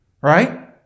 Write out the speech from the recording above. right